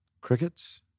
Crickets